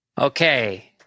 okay